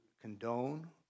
condone